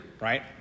right